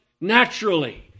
naturally